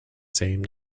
same